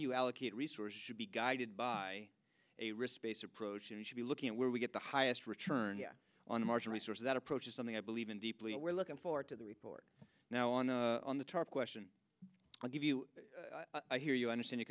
you allocate resources should be guided by a risk based approach and should be looking at where we get the highest return on margin resources that approach is something i believe in deeply and we're looking forward to the report now on the on the tarp question i'll give you i hear you understand